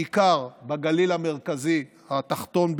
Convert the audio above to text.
בעיקר בגליל המרכזי התחתון,